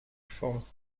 forms